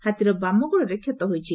ହାତୀର ବାମ ଗୋଡ଼ରେ କ୍ଷତ ହୋଇଛି